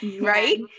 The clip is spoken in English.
right